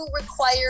require